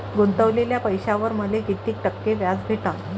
गुतवलेल्या पैशावर मले कितीक टक्के व्याज भेटन?